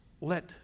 let